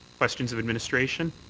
questions of administration?